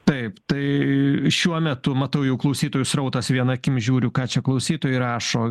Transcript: taip tai šiuo metu matau jau klausytojų srautas viena akim žiūriu ką čia klausytojai rašo